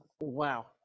Wow